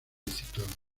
ciclón